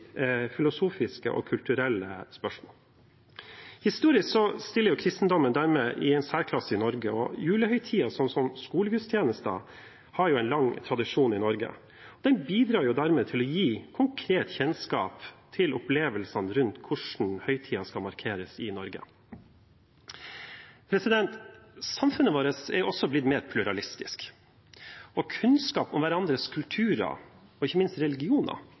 filosofiske og kulturelle spørsmål. Historisk stiller kristendommen dermed i en særklasse i Norge, og julehøytiden med skolegudstjenester har en lang tradisjon i Norge. Den bidrar dermed til å gi konkret kjennskap til opplevelsene rundt hvordan høytiden skal markeres i Norge. Samfunnet vårt er blitt mer pluralistisk, og kunnskap om hverandres kulturer og ikke minst religioner